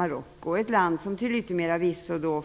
Marocko är ett land som till yttermera visso